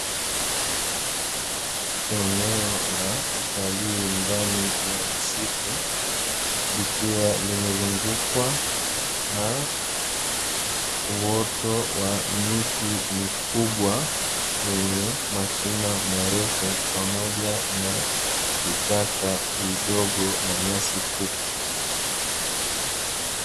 Eneo la utalii ndani ya msitu likiwa limezungukwa na uoto wa miti mikubwa yenye mashina marefu pamoja na vichaka vidogo na nyasi fupi.